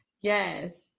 Yes